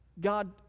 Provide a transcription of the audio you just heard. God